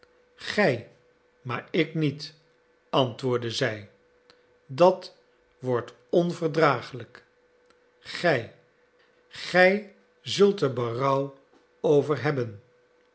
maar ik niet antwoordde zij dat wordt onverdragelijk gij gij zult er berouw over hebben